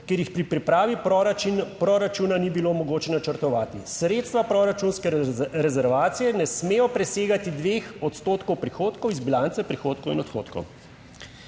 ker jih pri pripravi proračuna ni bilo mogoče načrtovati. Sredstva proračunske rezervacije ne smejo presegati 2 odstotkov prihodkov iz bilance prihodkov in odhodkov."